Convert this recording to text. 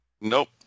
Nope